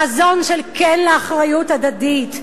חזון של כן לאחריות הדדית,